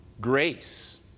Grace